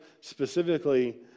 specifically